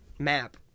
map